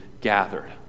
gathered